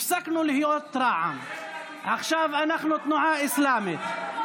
הפסקנו להיות רע"מ, עכשיו אנחנו התנועה האסלאמית.